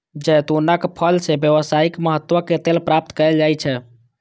जैतूनक फल सं व्यावसायिक महत्व के तेल प्राप्त कैल जाइ छै